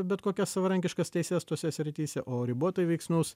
bet kokias savarankiškas teises tose srityse o ribotai veiksnus